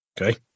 Okay